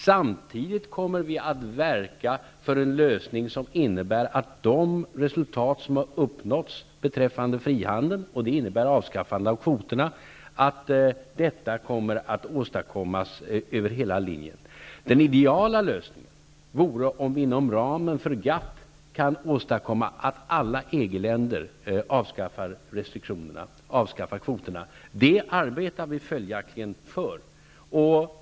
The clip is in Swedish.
Samtidigt kommer vi att verka för en lösning som innebär att de resultat som har uppnåtts beträffande frihandeln, vilket innebär avskaffande av kvoterna, kommer att åstadkommas över hela linjen. Den ideala lösningen vore om vi inom ramen för GATT kunde åstadkomma att alla EG-länder avskaffar restriktionerna och kvoterna. Det arbetar vi följaktligen för.